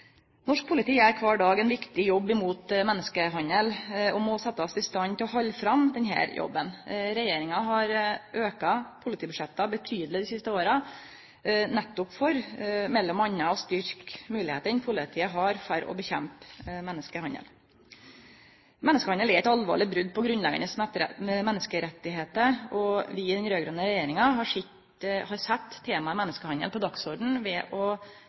Norsk politi gjer kvar dag ein viktig jobb opp mot menneskehandel. Dei må bli sette i stand til å gjennomføre denne jobben. Regjeringa har auka politibudsjetta mykje dei siste åra, nettopp for m.a. å styrkje moglegheita politiet har til å kjempe mot menneskehandel. Menneskehandel er eit alvorleg brot på grunnleggjande menneskerettar, og vi i den raud-grøne regjeringa har sett temaet menneskehandel på dagsordenen ved å